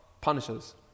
punishes